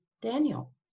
Daniel